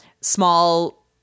small